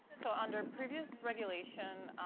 so under previous regulation,